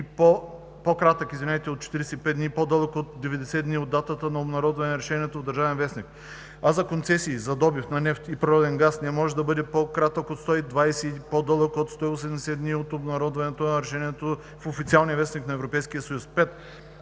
по-кратък от 45 дни и по-дълъг от 90 дни от датата на обнародване на решението в „Държавен вестник“, а за концесии за добив на нефт и природен газ не може да бъде по-кратък от 120 и по-дълъг от 180 дни от обнародването на решението в „Официален вестник“ на Европейския съюз;